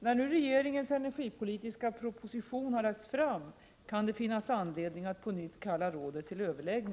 När nu regeringens energipolitiska proposition har lagts fram kan det finnas anledning att på nytt kalla rådet till överläggning.